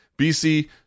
BC